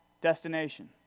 destination